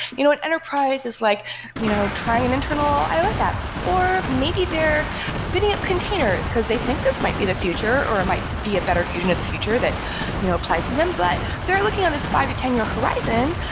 you know it enterprises like you know try an internal ios app, or maybe they're spinning up container, cause they think this might be the future or it might be a vision of the future that you know applies to them, but they're looking on this five to ten year horizon,